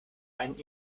ein